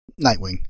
Nightwing